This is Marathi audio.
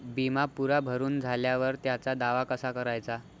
बिमा पुरा भरून झाल्यावर त्याचा दावा कसा कराचा?